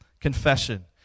Confession